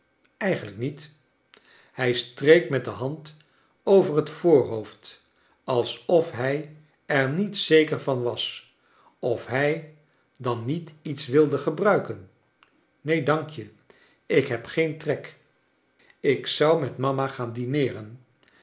eigenlijk niet hij streek met de hand over het voorhoofd alsof hij er niet zeker van was of hij dan niet iets wilde gebruiken neen dank je ik heb geen trek ik zou met mama gaan dineeren